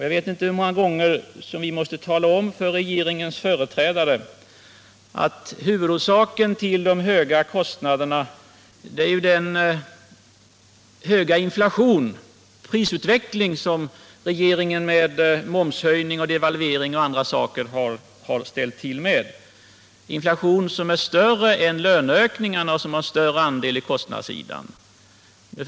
Jag vet inte hur många gånger vi skall behöva tala om för regeringens företrädare att huvudorsaken till de höga kostnaderna är den starka inflationen, den prisutveckling, som regeringen ställt till med genom momshöjning, devalvering och andra saker. Inflationen är större än löneökningarna och har större andel i kostnadsutvecklingen.